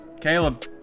Caleb